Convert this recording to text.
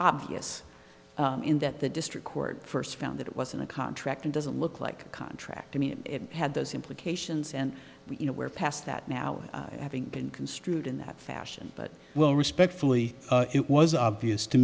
obvious in that the district court first found that it was in a contract and doesn't look like a contract to me it had those implications and you know we're past that now or having been construed in that fashion but will respectfully it was obvious to